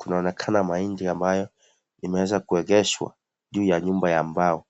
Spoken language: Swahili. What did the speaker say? Kunaonekana mahindi ambayo, imaweza kwegeshwa juu ya nyumba ya mbao.